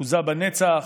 אחוזה בנצח,